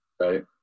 Right